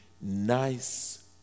nice